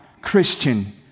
Christian